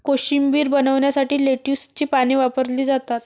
कोशिंबीर बनवण्यासाठी लेट्युसची पाने वापरली जातात